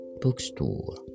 bookstore